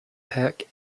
peck